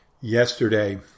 Yesterday